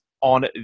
on